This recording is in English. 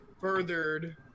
furthered